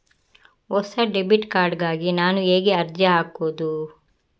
ಹೊಸ debit card ಗಾಗಿ ನಾನು ಹೇಗೆ ಅರ್ಜಿ ಹಾಕುದು?